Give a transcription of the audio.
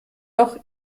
doch